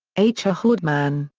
h. r. haldeman,